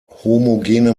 homogene